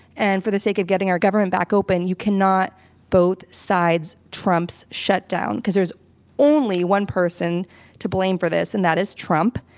and for the sake of getting our government back open, you cannot both sides trump's shutdown. there is only one person to blame for this, and that is trump,